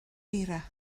eira